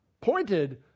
pointed